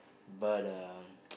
but um